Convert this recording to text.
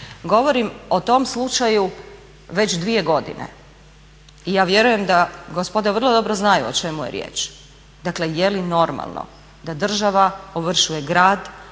Govorim o tom slučaju već dvije godine i ja vjerujem da gospoda vrlo dobro znaju o čemu je riječ. Dakle je li normalno da država ovršuje grad